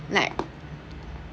like